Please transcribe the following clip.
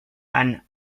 and